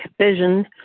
Vision